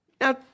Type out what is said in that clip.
Now